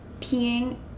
peeing